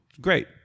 great